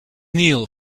kneel